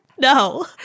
No